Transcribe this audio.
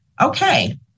Okay